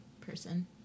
person